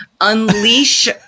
unleash